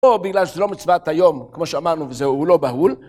או בגלל שזה לא מצוות היום, כמו שאמרנו, וזהו, הוא לא בהול.